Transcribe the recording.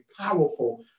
powerful